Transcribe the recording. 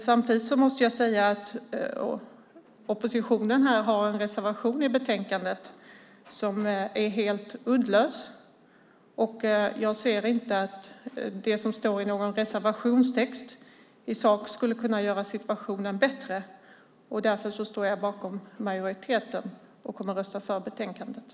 Samtidigt måste jag säga att oppositionen har en reservation i betänkandet som är helt uddlös. Jag ser inte att det som står i någon reservationstext i sak skulle kunna göra situationen bättre. Därför står jag bakom majoriteten och kommer att rösta för förslaget i betänkandet.